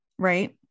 Right